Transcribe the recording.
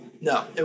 no